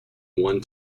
one